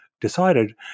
decided